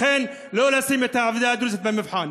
לכן, לא לשים את העדה הדרוזית במבחן.